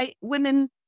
women